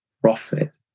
profit